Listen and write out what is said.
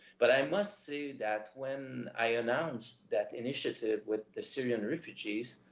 but i must say that when i announced that initiative with the syrian refugees,